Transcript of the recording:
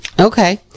Okay